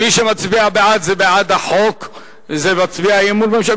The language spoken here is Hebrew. מי שמצביע בעד זה בעד החוק וזה מצביע אמון בממשלה.